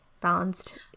balanced